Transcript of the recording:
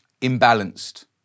imbalanced